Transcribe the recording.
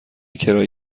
کرایه